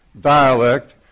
dialect